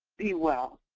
be well.